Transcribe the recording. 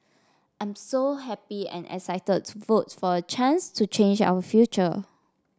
I'm so happy and excited to vote for a chance to change our future